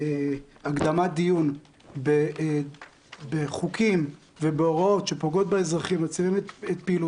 הממשלה להקדמת הדיון בהצעת חוק לתיקון ולקיום תוקפן